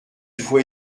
faut